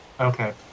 Okay